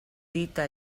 dita